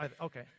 Okay